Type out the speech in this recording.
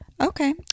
okay